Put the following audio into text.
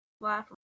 Laugh